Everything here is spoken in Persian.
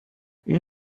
این